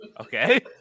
Okay